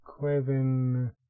Kevin